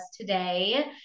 today